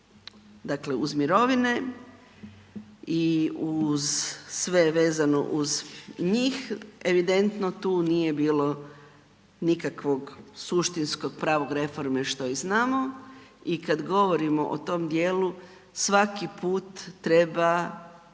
dakle uz mirovine i uz sve vezano uz njih. Evidentno tu nije bilo nikakvog suštinskog pravog reforme, što i znamo i kad govorimo o tom dijelu, svaki put treba